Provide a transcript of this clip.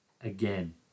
again